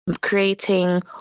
creating